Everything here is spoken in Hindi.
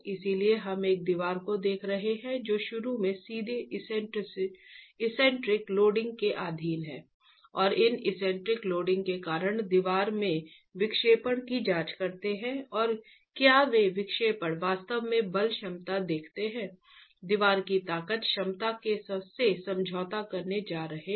इसलिए हम एक दीवार को देख रहे हैं जो शुरू में सीधे एक्सेंट्रिक लोडिंग के अधीन है और इन एक्सेंट्रिक लोडिंग के कारण दीवार में विक्षेपण की जांच करते हैं और क्या वे विक्षेपण वास्तव में बल क्षमता देखते हैं दीवार की ताकत क्षमता से समझौता करने जा रहे हैं